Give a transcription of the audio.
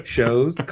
Shows